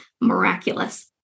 miraculous